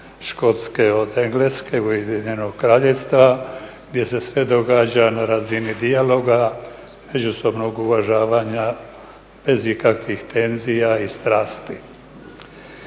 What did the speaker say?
Škotske od Engleske, UK gdje se sve događa na razini dijaloga, međusobnog uvažavanja bez ikakvih tenzija i strasti.